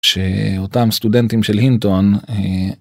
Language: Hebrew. שאותם סטודנטים של הינטון.